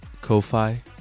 Ko-Fi